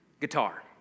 guitar